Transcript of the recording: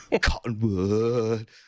cottonwood